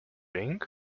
ring